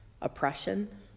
oppression